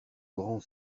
grand